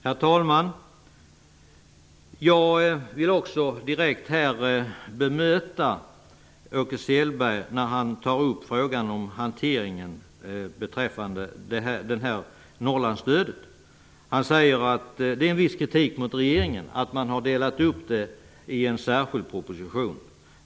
Herr talman! Jag vill också direkt bemöta Åke Selberg, som tog upp frågan om hanteringen av Norrlandsstödet. Han riktade viss kritik mot regeringen för att ha gjort en uppdelning genom en särskild proposition.